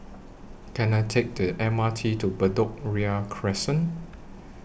Can I Take The M R T to Bedok Ria Crescent